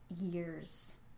years